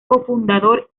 cofundador